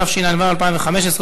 התשע"ו 2015,